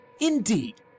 Indeed